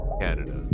Canada